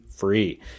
free